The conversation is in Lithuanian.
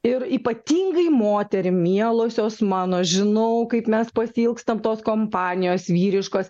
ir ypatingai moterim mielosios mano žinau kaip mes pasiilgstam tos kompanijos vyriškos